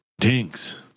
dinks